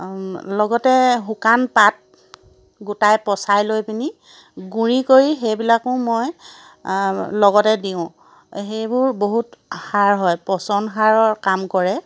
লগতে শুকান পাত গোটাই পচাই লৈ পিনি গুড়ি কৰি সেইবিলাকো মই লগতে দিওঁ সেইবোৰ বহুত সাৰ হয় পচন সাৰৰ কাম কৰে